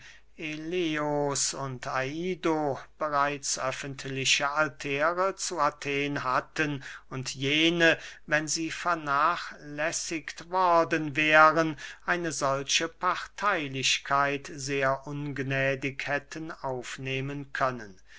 eleos und aido bereits öffentliche altäre zu athen hatten und jene wenn sie vernachlässigt worden wären eine solche parteylichkeit sehr ungnädig hätten aufnehmen können